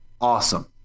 awesome